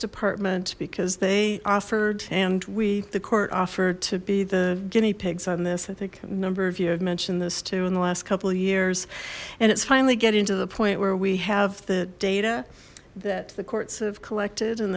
department because they offered and we the court offered to be the guinea pigs on this i think number of you have mentioned this too in the last couple of years and it's finally getting to the point where we have the data that the courts have collected and